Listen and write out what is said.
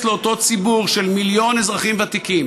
לאותו ציבור של מיליון אזרחים ותיקים,